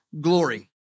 glory